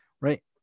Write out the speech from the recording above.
Right